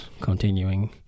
continuing